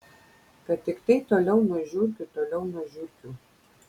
kad tiktai toliau nuo žiurkių toliau nuo žiurkių